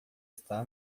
está